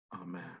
amen